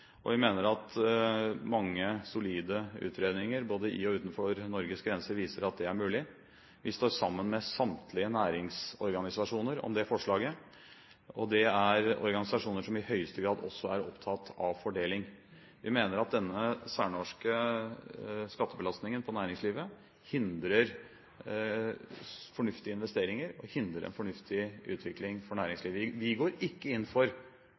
Vi mener at mange solide utredninger, både innenfor og utenfor Norges grenser, viser at det er mulig. Vi står sammen med samtlige næringsorganisasjoner om dette forslaget, og det er organisasjoner som i høyeste grad også er opptatt av fordeling. Vi mener at denne særnorske skattebelastningen på næringslivet hindrer fornuftige investeringer og en fornuftig utvikling for næringslivet. Vi går ikke inn for